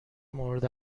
مورد